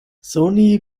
sony